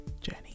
journey